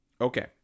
okay